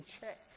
check